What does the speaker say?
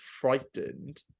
frightened